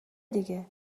دیگه